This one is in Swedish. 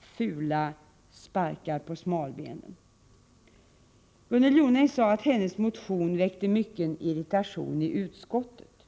fula sparkar på smalbenen. Gunnel Jonäng sade att hennes motion väckte mycket irritation i utskottet.